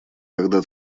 когда